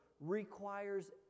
requires